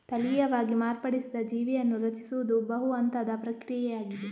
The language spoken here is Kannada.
ತಳೀಯವಾಗಿ ಮಾರ್ಪಡಿಸಿದ ಜೀವಿಯನ್ನು ರಚಿಸುವುದು ಬಹು ಹಂತದ ಪ್ರಕ್ರಿಯೆಯಾಗಿದೆ